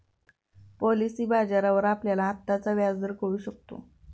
policy बाजारावर आपल्याला आत्ताचा व्याजदर कळू शकतो